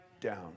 down